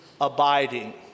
abiding